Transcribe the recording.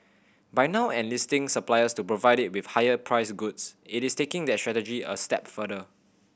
by now enlisting suppliers to provide it with higher priced goods it is taking that strategy a step further